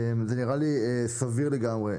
זה נראה לי סביר לגמרי.